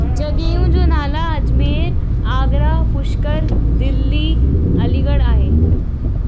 जॻहियूं जा नाला अजमेर आगरा पुष्कर दिल्ली अलीगढ़ आहे